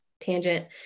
tangent